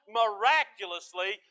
miraculously